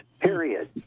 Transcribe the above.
period